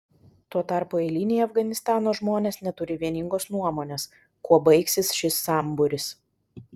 tuo tarpu eiliniai afganistano žmonės neturi vieningos nuomonės kuo baigsis šis sambūris